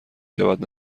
شود